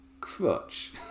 Crutch